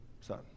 son